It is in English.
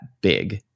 big